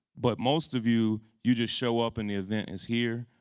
but most of you, you just show up and the event is here.